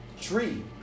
tree